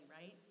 right